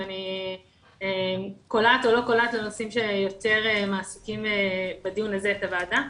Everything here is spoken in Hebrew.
אם אני קולעת או לא קולעת לנושאים שיותר מעסיקים בדיון הזה את הוועדה.